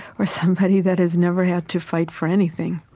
or somebody that has never had to fight for anything,